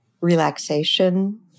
relaxation